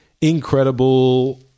incredible